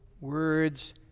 words